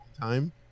time